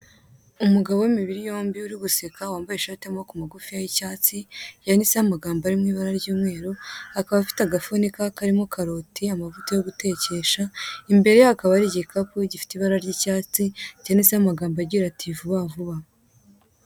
Umugabo w'imibiri yombi uri guseka wambaye ishati y'amaboko magufi y'icyatsi, yanditseho amagambo ari mu ibara ry'umweru, akaba afite agafunika karimo karoti, amavuta yo gutekesha, imbere ye hakaba hari igikapu gifite ibara ry'icyatsi cyanditseho amagambo agira ati ''vuba vuba''.